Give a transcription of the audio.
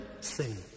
Sing